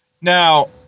Now